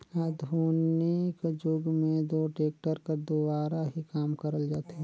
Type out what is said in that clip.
आधुनिक जुग मे दो टेक्टर कर दुवारा ही काम करल जाथे